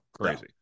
crazy